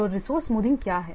तो resource smoothing क्या है